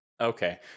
Okay